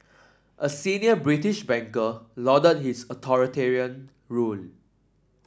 a senior British banker lauded his authoritarian rule